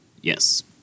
Yes